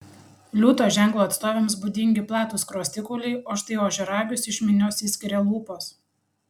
liūto ženklo atstovėms būdingi platūs skruostikauliai o štai ožiaragius iš minios išskiria lūpos